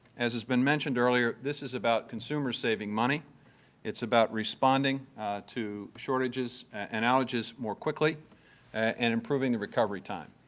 as has been mentioned earlier, this is about consumers saving money it's about responding to shortages and outages more quickly and improving the recovery time.